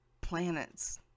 planets